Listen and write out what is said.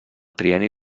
trienni